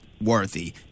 worthy